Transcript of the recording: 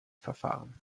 verfahren